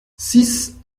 six